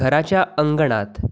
घराच्या अंगणात